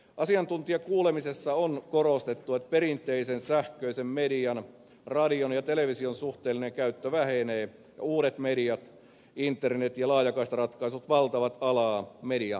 asiantuntijakuulemisessa on korostettu että perinteisen sähköisen median radion ja television suhteellinen käyttö vähenee ja uudet mediat internet ja laajakaistaratkaisut valtaavat alaa mediakentässä